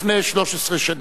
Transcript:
לפני 13 שנים.